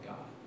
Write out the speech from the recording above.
God